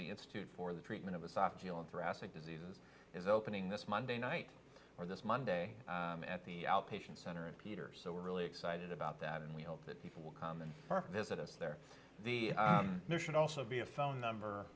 the institute for the treatment of a soft feeling for acid diseases is opening this monday night or this monday at the outpatient center at peter so we're really excited about that and we hope that people will come and visit us there the new should also be a phone number